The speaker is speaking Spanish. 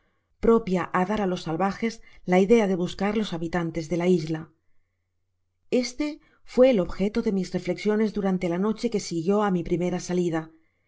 a dar á los salvajes la idea de buscar los habitantes de la isla este fué el objeto de mis reflexiones durante la noche que siguió á mi primera salida